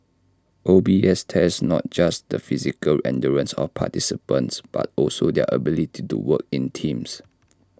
O B S tests not just the physical endurance of participants but also their ability to work in teams